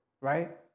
Right